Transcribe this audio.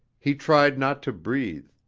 he tried not to breathe,